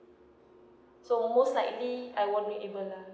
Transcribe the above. so most likely I won't be able lah